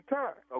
time